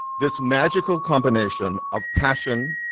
this magical combination of passion,